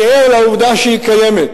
אני ער לעובדה שהיא קיימת.